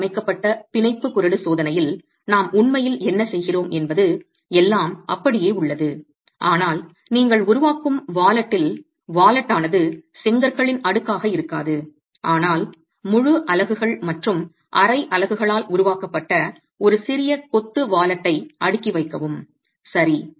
மாற்றியமைக்கப்பட்ட பிணைப்பு குறடு திருகு சோதனையில் நாம் உண்மையில் என்ன செய்கிறோம் என்பது எல்லாம் அப்படியே உள்ளது ஆனால் நீங்கள் உருவாக்கும் பணப்பையில் பணப்பையானது செங்கற்களின் அடுக்காக இருக்காது ஆனால் முழு அலகுகள் மற்றும் அரை அலகுகளால் உருவாக்கப்பட்ட ஒரு சிறிய கொத்து பணப்பையை அடுக்கி வைக்கவும் சரி